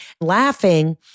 laughing